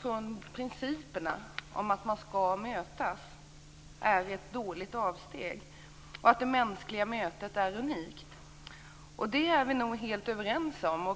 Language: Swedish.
från principerna om att mötas är ett dåligt avsteg. Det mänskliga mötet är unikt. Det är vi helt överens om.